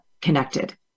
connected